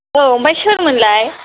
औ ओमफ्राय सोरमोनलाय